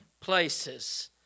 places